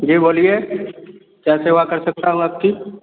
जी बोलिए क्या सेवा कर सकता हूँ आपकी